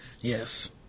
Yes